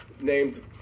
named